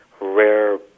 rare